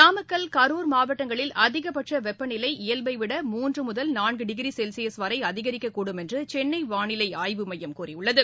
நாமக்கல் கரூர் மாவட்டங்களில் அதிகபட்ச வெப்பநிலை இயல்பவிட மூன்று முதல் நான்கு டிகிரி செல்சியஸ் வரை அதிகரிக்க்கூடும் என சென்னை வாளிலை ஆய்வுமையம் கூறியுள்ளது